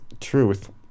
truth